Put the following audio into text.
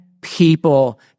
people